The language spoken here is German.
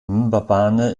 mbabane